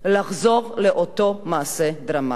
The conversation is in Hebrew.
לחזור על אותו מעשה דרמטי.